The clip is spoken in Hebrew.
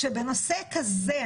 שעל שני הדברים האלה,